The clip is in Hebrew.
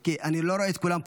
אני לא רואה את כולם פה.